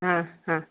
ಆಂ ಹಾಂ